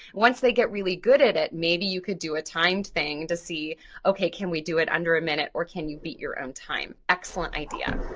once they get really good at it, maybe you could do a timed thing to see okay, can we do it under a minute or can you beat your own time, excellent idea.